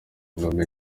ngoma